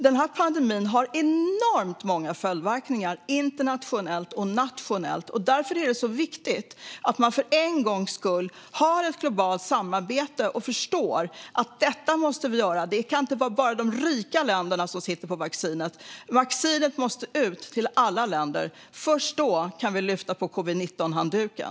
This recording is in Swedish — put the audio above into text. Den här pandemin har enormt många följdverkningar, internationellt och nationellt. Det är därför det är så viktigt att man för en gångs skull har ett globalt samarbete och förstår att detta måste vi göra. Det kan inte bara vara de rika länderna som sitter på vaccinet. Vaccinet måste ut till alla länder. Först då kan vi lyfta på covid-19-handduken.